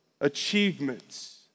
achievements